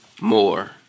More